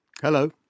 Hello